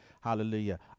hallelujah